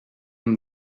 then